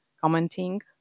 commenting